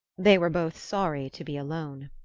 they were both sorry to be alone.